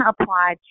apply